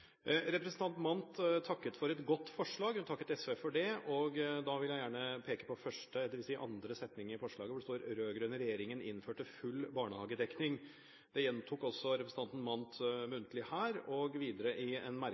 Representanten Mandt takket for et godt forslag. Hun takket SV for det. Da vil jeg gjerne peke på andre setning i innstillingen, hvor det står at den rød-grønne regjeringen innførte full barnehagedekning. Det gjentok også representanten Mandt muntlig her. Videre står det i en